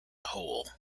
whole